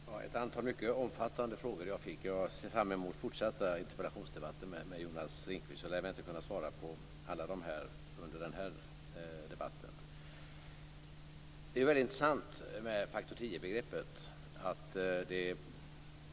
Fru talman! Det var ett antal mycket omfattande frågor jag fick. Jag ser fram mot fortsatta interpellationsdebatter med Jonas Ringqvist, då jag inte lär kunna svara på alla frågorna under den här debatten. Det är intressant med faktor tio-begreppet.